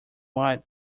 wide